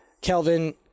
Kelvin